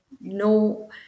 no